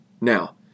now